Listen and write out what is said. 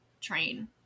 train